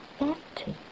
empty